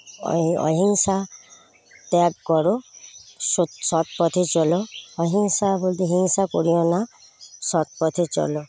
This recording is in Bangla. অ অহিংসা ত্যাগ করো সৎ সৎ পথে চলো অহিংসা প্রতিহিংসা করিও না সৎ পথে চলো